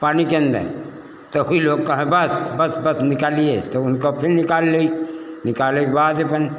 पानी के अंदर तो ही लोग कहे बस बस बस निकालिए तो उनको फिर निकाल ले निकालने के बाद अपन